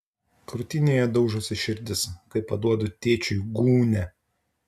krūtinėje daužosi širdis kai paduodu tėčiui gūnią